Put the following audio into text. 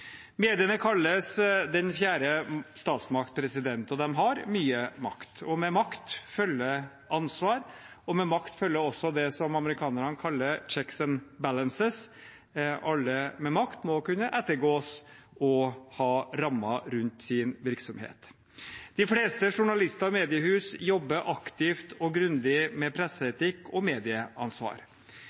Mediene kalles den fjerde statsmakt – og de har mye makt. Med makt følger ansvar, og med makt følger også det amerikanerne kaller «Checks and Balances» – at alle med makt må kunne ettergås og ha rammer rundt sin virksomhet. De fleste journalister i mediehus jobber aktivt og grundig med presseetikk og medieansvar.